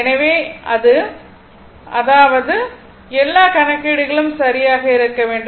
எனவே இது அதாவது எல்லா கணக்கீடுகளும் சரியாக இருக்க வேண்டும்